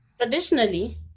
traditionally